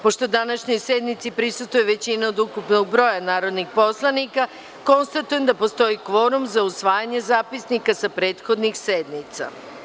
Pošto današnjoj sednici prisustvuje većina od ukupnog broja narodnih poslanika, konstatujem da postoji kvorum za usvajanje zapisnika sa prethodnih sednica.